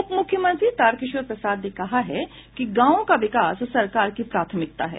उपमुख्यमंत्री तारकिशोर प्रसाद ने कहा है कि गांवों का विकास सरकार की प्राथमिकता है